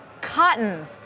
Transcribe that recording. cotton